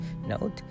Note